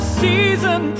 season